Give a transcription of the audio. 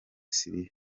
siriya